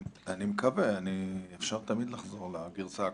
אני מקווה, אפשר תמיד לחזור לגרסה הקודמת.